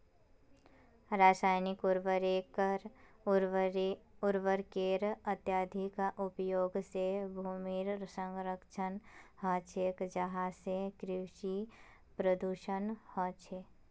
रासायनिक उर्वरकेर अत्यधिक उपयोग से भूमिर क्षरण ह छे जहासे कृषि प्रदूषण ह छे